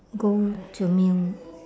go to meal